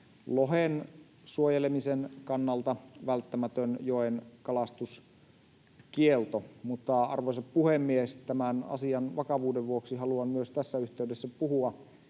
lohen suojelemisen kannalta välttämätön joen kalastuskielto. Mutta, arvoisa puhemies, tämän asian vakavuuden vuoksi haluan myös tässä yhteydessä puhua